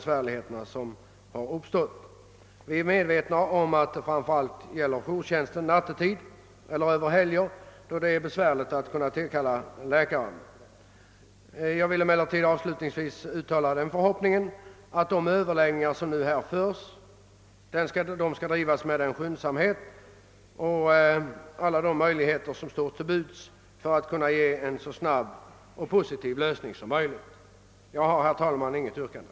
Svårigheterna gäller framför allt jourtjänsten nattetid och över helger, då det är svårt att få tag på läkare, Avslutningsvis vill jag uttala den förhoppningen att de överläggningar som nu förs påskyndas så att problemet löses så snabbt och positivt som möjligt. Jag har, herr talman, utöver utskottets utlåtande, intet yrkande.